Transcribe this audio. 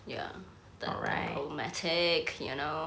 ya tak diplomatic you know